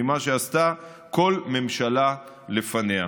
ממה שעשתה כל ממשלה לפניה.